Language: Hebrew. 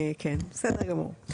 בסדר גמור,